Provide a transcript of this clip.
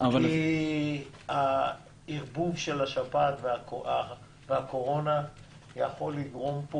כי הערבוב של השפעת והקורונה יכול לגרום פה